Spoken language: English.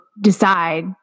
decide